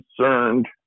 concerned